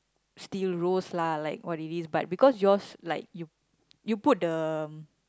steel rose lah like what it is but because yours like you you put the